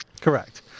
Correct